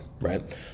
right